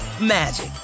magic